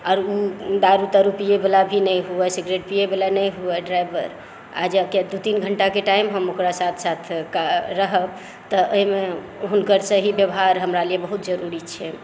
आओर ओ दारू तारु पियै वाला भी नहि हुये सिगरेट पियै वाला नहि हुए ड्राइवर आओर दू तीन घंटाके टाइम हम ओकरा साथ साथ रहब तऽ एहिमे हुनकर सही व्यवहार हमरा लिये बहुत जरुरी छै